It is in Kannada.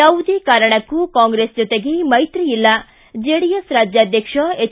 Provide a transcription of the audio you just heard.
ಯಾವುದೇ ಕಾರಣಕ್ಕೂ ಕಾಂಗ್ರೆಸ್ ಜೊತೆಗೆ ಮೈತ್ರಿ ಇಲ್ಲ ಜೆಡಿಎಸ್ ರಾಜ್ಕಾಧ್ವಕ್ಷ ಎಚ್